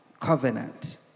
covenant